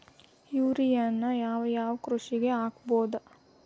ಯೂರಿಯಾನ ಯಾವ್ ಯಾವ್ ಕೃಷಿಗ ಹಾಕ್ಬೋದ?